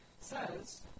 says